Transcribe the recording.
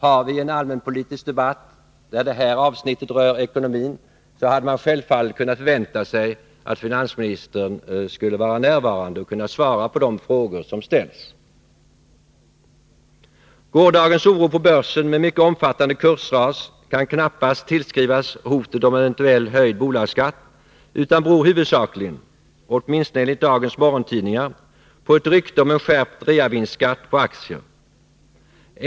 Har vi en allmänpolitisk debatt med ett avsnitt som berör ekonomin, kan man självfallet förvänta sig att finansministern skall vara närvarande och kunna svara på de frågor som ställs. Gårdagens oro på börsen, med mycket omfattande kursras, kan knappast tillskrivas hotet om en eventuellt höjd bolagsskatt utan beror huvudsakligen, åtminstone enligt dagens morgontidningar, på ett rykte om en skärpt reavinstskatt på aktier.